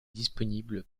disponible